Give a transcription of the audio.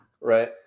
right